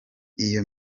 iyo